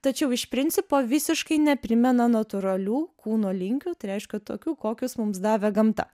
tačiau iš principo visiškai neprimena natūralių kūno linkių tai reiškia tokių kokius mums davė gamta